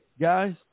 guys